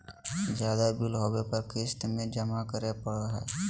ज्यादा बिल होबो पर क़िस्त में जमा करे पड़ो हइ